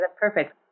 perfect